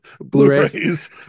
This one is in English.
blu-rays